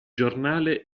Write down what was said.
giornale